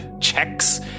checks